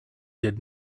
did